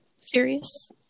Serious